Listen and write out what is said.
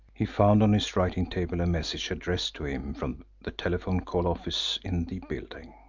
he found on his writing table a message addressed to him from the telephone call office in the building.